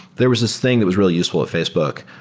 there was this thing that was really useful at facebook.